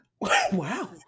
Wow